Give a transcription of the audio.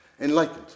Enlightened